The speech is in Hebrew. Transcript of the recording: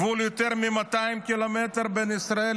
בגבול של יותר מ-200 קילומטר בין ישראל